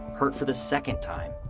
hurt for the second time.